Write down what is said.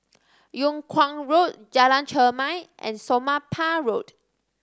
Yung Kuang Road Jalan Chermai and Somapah Road